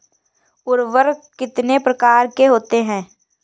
उर्वरक कितने प्रकार के होते हैं?